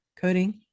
coding